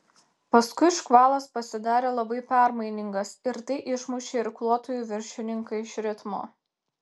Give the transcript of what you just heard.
paskui škvalas pasidarė labai permainingas ir tai išmušė irkluotojų viršininką iš ritmo